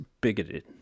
bigoted